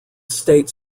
state